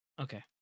Okay